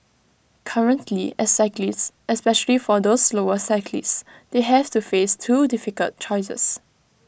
currently as cyclists especially for those slower cyclists they have to face two difficult choices